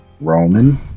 Roman